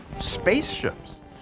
spaceships